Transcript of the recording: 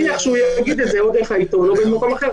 אני מניח שהוא יגיד את זה או דרך העיתון או במקום אחר.